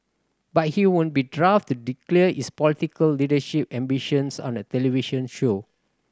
but he would be daft to declare his political leadership ambitions on a television show